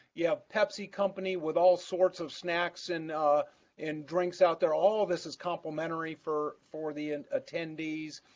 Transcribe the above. you have pepsi company with all sorts of snacks and and drinks out there, all of this is complimentary for for the and attendees.